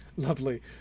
Lovely